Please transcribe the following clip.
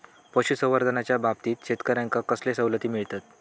पशुसंवर्धनाच्याबाबतीत शेतकऱ्यांका कसले सवलती मिळतत?